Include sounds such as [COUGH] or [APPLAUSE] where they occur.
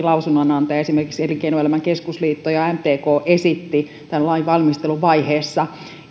[UNINTELLIGIBLE] lausunnonantaja esimerkiksi elinkeinoelämän keskusliitto ja ja mtk esitti tämän lain valmisteluvaiheessa